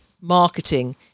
marketing